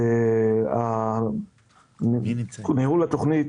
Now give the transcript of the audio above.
ניהול התכנית,